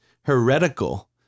heretical